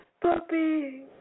Puppy